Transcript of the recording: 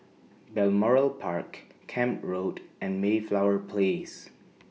Balmoral Park Camp Road and Mayflower Place